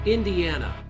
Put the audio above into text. Indiana